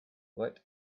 what